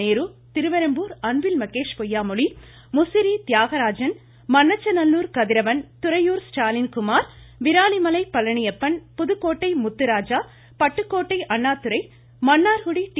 Nehru Thiruverumbur Anbil Mahesh Poyyamozhi Musiri Thiyagarajan Mannachanallur Kathiravan Thuraiyur Stalin Kumar Viralimalai Palaniappan Pudukkottai Mutharaja Pattukkottai Annadurai Mannargudi D